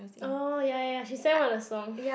orh ya ya ya she sang one of the song